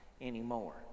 anymore